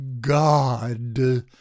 God